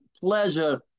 pleasure